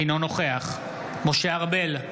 אינו נוכח משה ארבל,